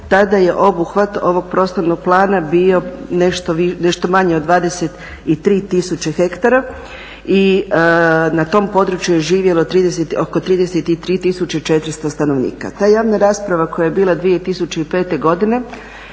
tada je obuhvat ovog prostornog plana bio nešto manji od 23 tisuće hektara i na tom području je živjelo oko 33 400 stanovnika. Ta javna rasprava koja je bila 2005. godine